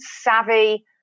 savvy